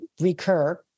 recur